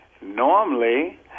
Normally